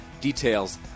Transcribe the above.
Details